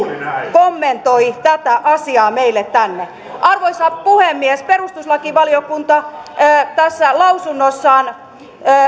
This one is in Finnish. kommentoi tätä asiaa meille tänne arvoisa puhemies perustuslakivaliokunta tässä lausunnossaan